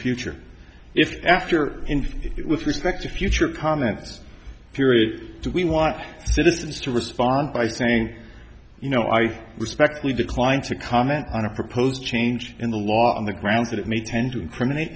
future if after in fact it with respect to future comment period we want citizens to respond by saying you know i respectfully declined to comment on a proposed change in the law on the grounds that it may tend to incriminate